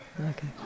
Okay